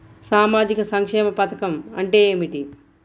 సామాజిక సంక్షేమ పథకం అంటే ఏమిటి?